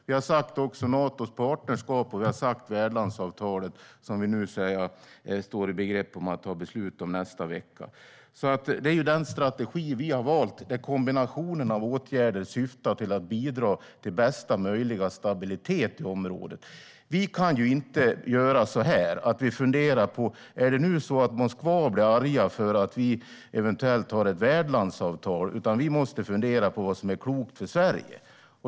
Det har också gällt Natos partnerskap och värdlandsavtalet, som vi står i begrepp att fatta beslut om i nästa vecka. Det är den strategi vi har valt, där kombinationen av åtgärder syftar till att bidra till bästa möjliga stabilitet i området. Vi kan inte börja fundera på om de blir arga i Moskva för att vi eventuellt har ett värdlandsavtal, utan vi måste fundera på vad som är klokt för Sverige.